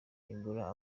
igura